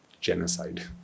Genocide